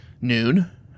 noon